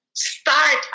Start